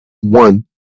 one